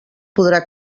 podrà